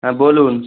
হ্যাঁ বলুন